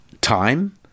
time